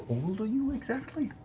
old are you, exactly?